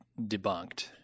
debunked